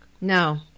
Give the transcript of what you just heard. No